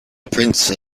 prince